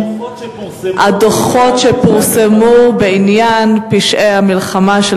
"דוחות שפורסמו בעניין פשעי המלחמה של,